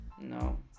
No